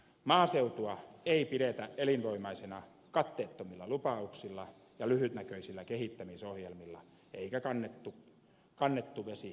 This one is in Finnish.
maaseutua ei pidetä elinvoimaisena katteettomilla lupauksilla ja lyhytnäköisillä kehittämisohjelmilla eikä kannettu vesi kaivossa pysy